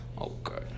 Okay